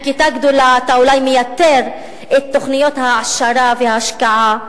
עם כיתה גדולה אתה אולי מייתר את תוכניות ההעשרה וההשקעה,